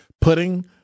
putting